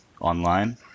online